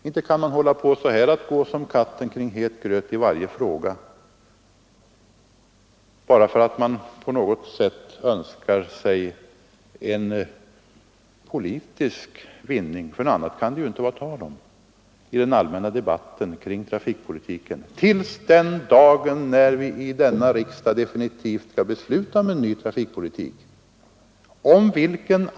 Inte kan man hålla på så här och gå som katten kring en het gröt i varje fråga, bara för att man önskar åstadkomma en viss politisk inriktning av den allmänna debatten kring trafikfrågorna — något annat kan det inte vara tal om — till den dag då vi i denna riksdag definitivt skall besluta om en ny trafikpolitik!